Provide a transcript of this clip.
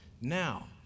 Now